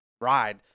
ride